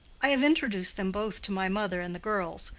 i have introduced them both to my mother and the girls,